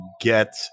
get